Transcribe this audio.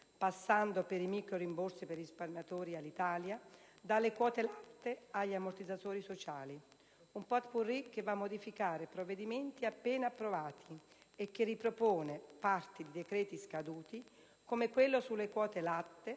passando per i micro rimborsi per i risparmiatori Alitalia alle quote latte e agli ammortizzatori sociali. Un *pot-pourri* che va a modificare provvedimenti appena approvati e che ripropone parte di decreti scaduti come quello sulle quote latte